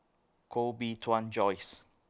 Koh Bee Tuan Joyce